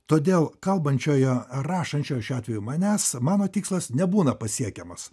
todėl kalbančiojo rašančio šiuo atveju manęs mano tikslas nebūna pasiekiamas